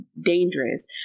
dangerous